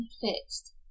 fixed